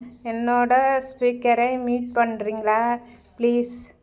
என்னோடய ஸ்பீக்கரை மியூட் பண்ணுறீங்களா ப்ளீஸ்